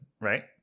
right